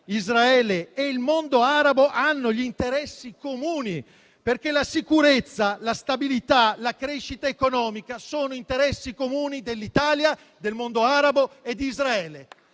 Israele e il mondo arabo hanno degli interessi comuni, perché la sicurezza, la stabilità e la crescita economica sono interessi comuni dell'Italia, del mondo arabo e di Israele.